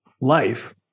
life